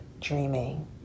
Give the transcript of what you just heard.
dreaming